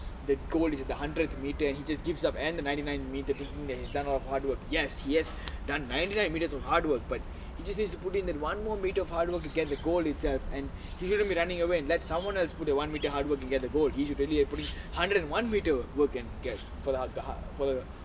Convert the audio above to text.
the goal is at the hundred metre and he just gives up at the ninety nine metre thinking that he has done a lot of hard work yes he has done ninety nine metres of hard work but he just needs to put in that one more metre of hard work to get the goal itself and he could be running away that's someone who put that one metre of hard work can get that gold he should've put in a hundred and one metre of work and get for the for the hard